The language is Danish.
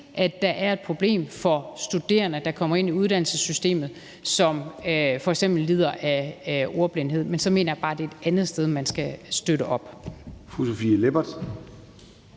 at der er et problem for studerende, der kommer ind i uddannelsessystemet, og som f.eks. lider af ordblindhed, men så mener jeg bare, det er et andet sted, man skal støtte op.